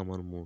আমার মন